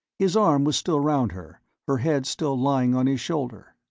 his arm was still round her, her head still lying on his shoulder.